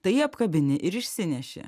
tai apkabini ir išsineši